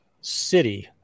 city